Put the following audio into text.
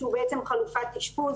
שהוא בעצם חלופת אשפוז.